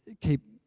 keep